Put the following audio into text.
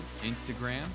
Instagram